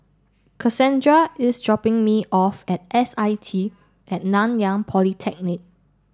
Cassandra is dropping me off at S I T at Nan yang Polytechnic